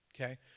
okay